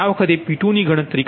આ વખતે P2ની ગણતરી કરી